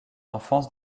enfance